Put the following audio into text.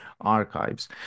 Archives